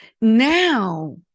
Now